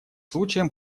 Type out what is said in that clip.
случаем